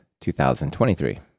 2023